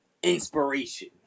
inspiration